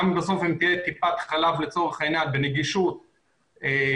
אם בסוף לצורך תהיה טיפת חלב בנגישות סבירה,